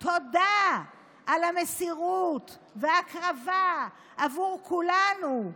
על המסירות וההקרבה עבור כולנו,